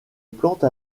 plante